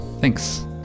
thanks